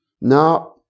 now